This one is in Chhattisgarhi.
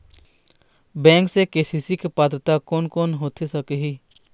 बैंक से के.सी.सी के पात्रता कोन कौन होथे सकही?